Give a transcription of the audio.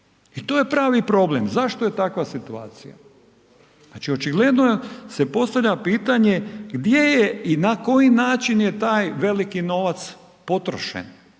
I to je pravi problem zašto je takva situacija. Znači očigledno se postavlja pitanje gdje je i na koji način je taj veliki novac potrošen,